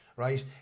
Right